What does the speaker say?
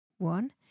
One